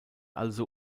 also